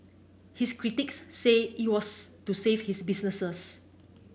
his critics say it was to save his businesses